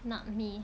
not me